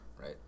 right